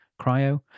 Cryo